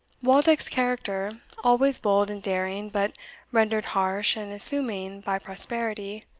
waldeck's character, always bold and daring but rendered harsh and assuming by prosperity,